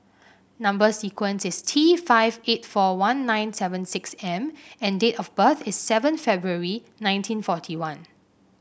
number sequence is T five eight four one nine seven six M and date of birth is seven February nineteen forty one